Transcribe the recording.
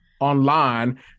online